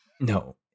no